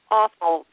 awful